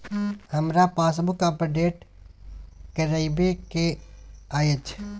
हमरा passbook update करैबे के अएछ?